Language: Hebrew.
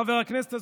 חבר הכנסת אזולאי,